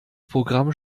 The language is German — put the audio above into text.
programm